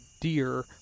deer